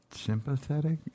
sympathetic